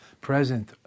present